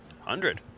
hundred